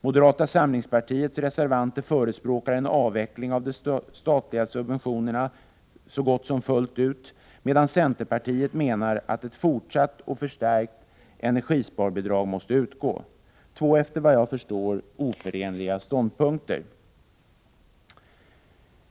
Moderata samlingspartiets reservanter förespråkar en avveckling av de statliga subventionerna så gott som fullt ut, medan centerpartiet menar att ett fortsatt och förstärkt energisparbidrag måste utgå. Det är två, efter vad jag förstår, oförenliga ståndpunkter.